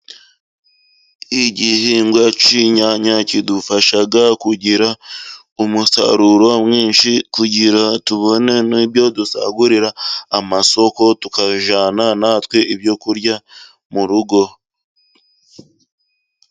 Igihingwa cy'inyanya kidufasha kugira umusaruro mwinshi kugira tubone ibyo dusagurira amasoko tukajyana natwe ibyo kurya mu rugo.